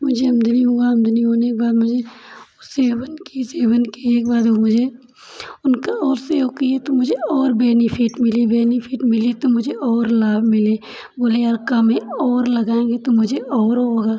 मुझे आमदनी हुआ आमदनी होने के बाद मुझे सेवन की सेवन किए के बाद ओ मुझे उनका और सेव किए तो मुझे और बेनीफिट मिली बेनीफिट मिली तो मुझे और लाभ मिले बोले यार कम है और लगाएंगे तो मुझे और होगा